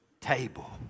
table